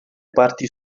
parti